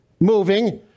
moving